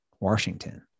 Washington